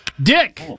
dick